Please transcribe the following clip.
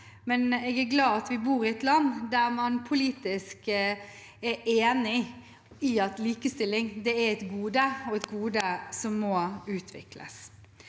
men jeg er glad for at vi bor i et land der man politisk er enige om at likestilling er et gode, et gode som må utvikles.